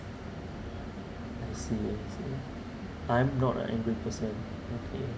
I see I see I'm not an angry person okay